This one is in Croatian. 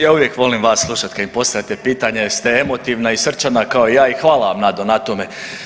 Ja uvijek volim vas slušati kad mi postavljate pitanje jer ste emotivna i srčana kao i ja i hvala vam na tome.